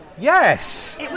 yes